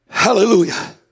Hallelujah